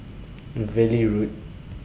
Valley Road